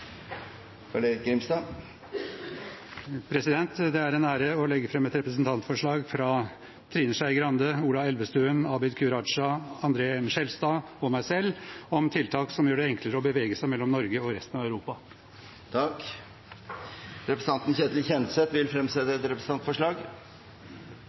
Carl-Erik Grimstad vil fremsette et representantforslag. Det er en ære å legge fram et representantforslag fra Trine Skei Grande, Ola Elvestuen, Abid Q. Raja, André N. Skjelstad og meg selv om tiltak som gjør det enklere å bevege seg mellom Norge og resten av Europa. Representanten Ketil Kjenseth vil fremsette